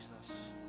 Jesus